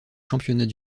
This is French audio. championnats